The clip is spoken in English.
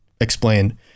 explain